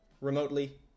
remotely